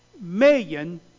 million